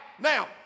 Now